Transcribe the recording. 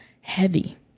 heavy